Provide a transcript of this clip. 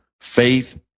Faith